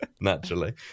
naturally